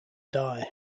die